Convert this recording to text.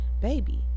baby